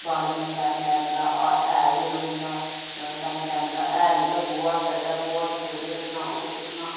बाड़ियै च time time दा हैल देना पौंदा टैमे टैमे दा हैल उ'ऐ गोहा सड़े दा गोहा किट्ठा करियै रक्खना ओह् सुट्टना